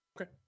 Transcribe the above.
okay